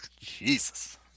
Jesus